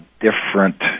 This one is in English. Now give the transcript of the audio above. different